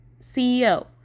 CEO